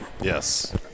Yes